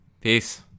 Peace